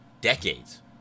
decades